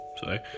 sorry